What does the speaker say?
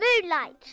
Moonlight